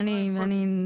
אני הבנתי נכון?